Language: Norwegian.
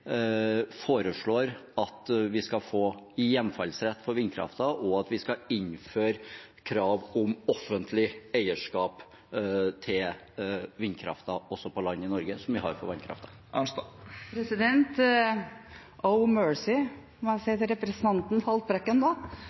vi skal innføre krav om offentlig eierskap til vindkraften også på land i Norge, som vi har for vannkraften. «Oh mercy», må jeg si til representanten Haltbrekken.